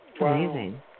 Amazing